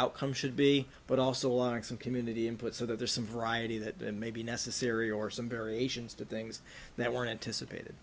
outcome should be but also on some community input so there's some variety that may be necessary or some variations to things that were anticipated